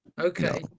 Okay